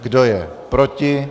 Kdo je proti?